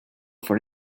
for